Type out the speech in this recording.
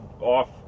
off